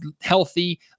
healthy